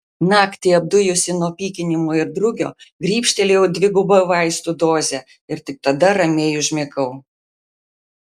naktį apdujusi nuo pykinimo ir drugio grybštelėjau dvigubą vaistų dozę ir tik tada ramiai užmigau